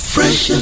Fresh